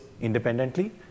independently